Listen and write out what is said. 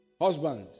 Husband